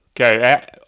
Okay